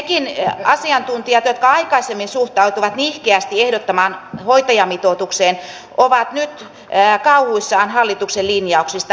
nekin asiantuntijat jotka aikaisemmin suhtautuivat nihkeästi ehdottamaamme hoitajamitoitukseen ovat nyt kauhuissaan hallituksen linjauksista